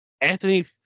Anthony